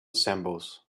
assembles